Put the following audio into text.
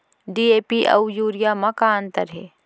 DAP अऊ urea म का अंतर हे?